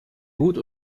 gut